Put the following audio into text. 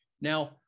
Now